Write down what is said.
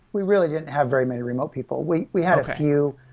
we really didn't have very many remote people. we we had a few,